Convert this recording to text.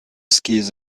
skis